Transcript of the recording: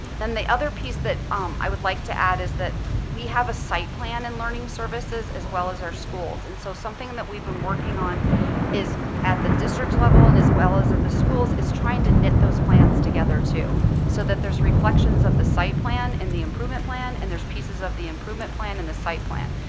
then the other piece that um i would like to add is that we have a site plan in learning services as well as our schools. and so something that we've been working on is, at the district level and as well as at the schools, is trying to knit those plans together too so that there's reflections of the site plan in the improvement plan and there's pieces of the improvement plan in the site plan.